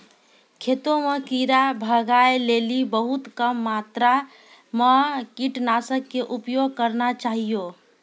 खेतों म कीड़ा भगाय लेली बहुत कम मात्रा मॅ कीटनाशक के उपयोग करना चाहियो